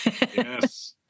Yes